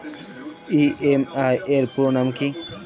EMI এর পুরোনাম কী?